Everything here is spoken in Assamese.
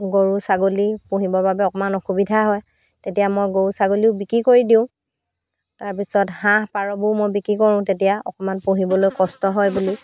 গৰু ছাগলী পুহিবৰ বাবে অকণমান অসুবিধা হয় তেতিয়া মই গৰু ছাগলীও বিক্ৰী কৰি দিওঁ তাৰপিছত হাঁহ পাৰবোৰ মই বিক্ৰী কৰোঁ তেতিয়া অকণমান পুহিবলৈ কষ্ট হয় বুলি